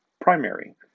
primary